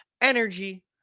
energy